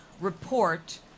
report